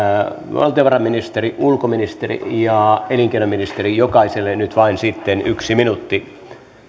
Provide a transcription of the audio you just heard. valtiovarainministeri ulkoministeri ja elinkeinoministeri jokaiselle nyt vain sitten yksi minuutti